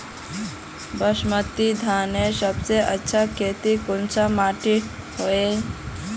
बासमती धानेर सबसे अच्छा खेती कुंसम माटी होचए?